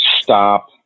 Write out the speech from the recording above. stop